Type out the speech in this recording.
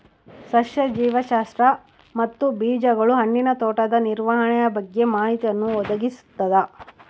ಸಸ್ಯ ಜೀವಶಾಸ್ತ್ರ ಮತ್ತು ಬೀಜಗಳು ಹಣ್ಣಿನ ತೋಟದ ನಿರ್ವಹಣೆಯ ಬಗ್ಗೆ ಮಾಹಿತಿಯನ್ನು ಒದಗಿಸ್ತದ